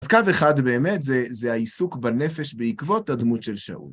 אז קו אחד, באמת, זה העיסוק בנפש בעקבות הדמות של שאול.